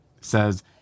says